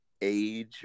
age